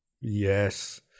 Yes